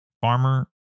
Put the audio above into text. farmer